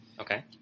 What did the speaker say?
Okay